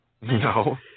No